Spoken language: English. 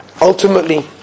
Ultimately